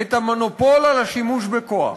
את המונופול על השימוש בכוח.